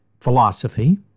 philosophy